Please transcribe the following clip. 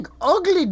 ugly